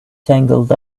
tangled